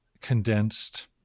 condensed